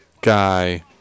guy